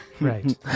Right